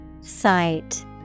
Sight